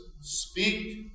speak